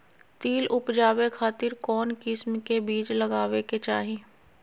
तिल उबजाबे खातिर कौन किस्म के बीज लगावे के चाही?